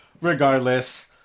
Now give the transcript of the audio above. Regardless